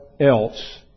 else